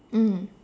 mm